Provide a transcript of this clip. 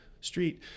street